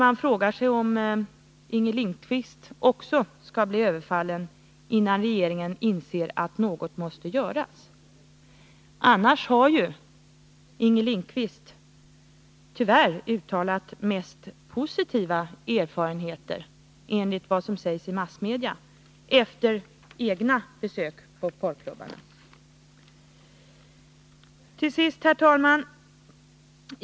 Man frågar sig om Inger Lindquist också skall bli överfallen innan regeringen inser att något måste göras. Annars har ju Inger Lindquist tyvärr uttalat mest positiva erfarenheter, enligt vad som sägs i massmedia, efter egna besök på porrklubbarna. Herr talman!